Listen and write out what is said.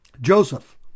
Joseph